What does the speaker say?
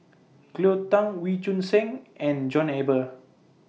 Cleo Thang Wee Choon Seng and John Eber